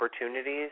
opportunities